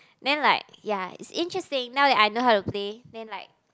then like ya it's interesting now that I know how to play then like